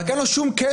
רק אין לו שום קשר,